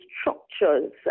structures